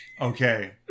Okay